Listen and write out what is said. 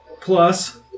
Plus